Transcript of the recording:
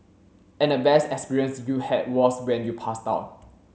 and the best experience you had was when you passed out